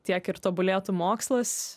tiek ir tobulėtų mokslas